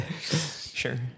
Sure